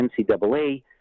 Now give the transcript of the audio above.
NCAA